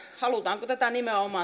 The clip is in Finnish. halutaanko tätä nimenomaan